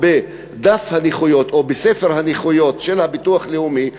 בדף הנכויות או בספר הנכויות של הביטוח הלאומי,